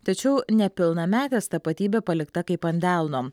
tačiau nepilnametės tapatybė palikta kaip ant delno